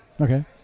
Okay